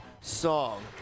song